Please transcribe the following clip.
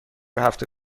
هفته